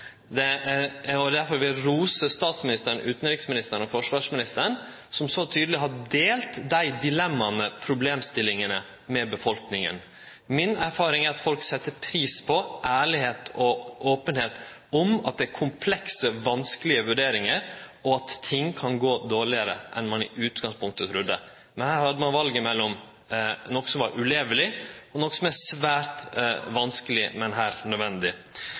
Derfor vil eg rose statsministeren, utanriksministeren og forsvarsministeren som så tydeleg har delt dei dilemma og problemstillingane med befolkninga. Mi erfaring er at folk set pris på ærlegdom og openheit om at det er komplekse, vanskelege vurderingar, og at ting kan gå dårlegare enn det ein i utgangspunktet trudde. Men her hadde ein valet mellom noko som var uleveleg, og noko som er svært vanskeleg, men heilt nødvendig.